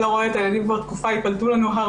לא נעולה שיש בה מקום היא תברח משם.